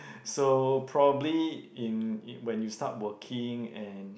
so probably in in when you start working and